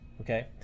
okay